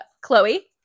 chloe